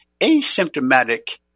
asymptomatic